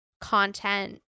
content